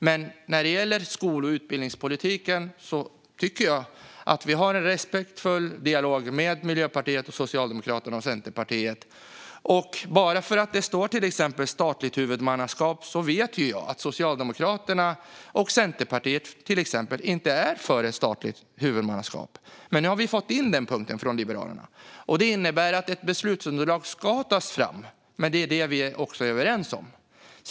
Men när det gäller skol och utbildningspolitiken tycker jag att vi har en respektfull dialog med Miljöpartiet, Socialdemokraterna och Centerpartiet. Även om det står om statligt huvudmannaskap i januariöverenskommelsen vet jag att Socialdemokraterna och Centerpartiet inte är för ett statligt huvudmannaskap, men nu har vi liberaler fått in den punkten. Det innebär att ett beslutsunderlag ska tas fram, vilket vi är överens om.